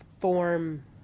form